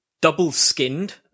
double-skinned